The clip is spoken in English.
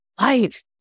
life